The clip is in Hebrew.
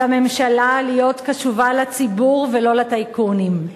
על הממשלה להיות קשובה לציבור ולא לטייקונים.